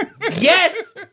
Yes